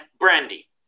brandy